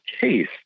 case